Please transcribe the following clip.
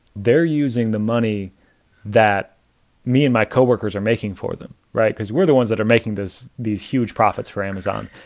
they're using the money that me and my coworkers are making for them. right? cause we're the ones that are making this, these huge profits for amazon.